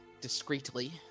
discreetly